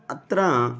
अत्र